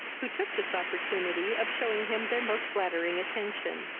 who took this opportunity of shewing him their most flattering attention,